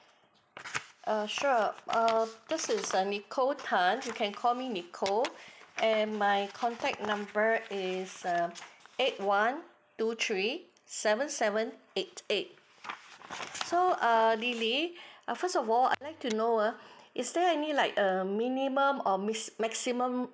err sure err this is err nikko tan you can call me nikko and my contact number is uh eight one two three seven seven eight eight so err lily uh first of all I'd like to know uh is there any like err minimum or mix maximum